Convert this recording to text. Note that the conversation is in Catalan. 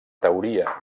teoria